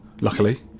luckily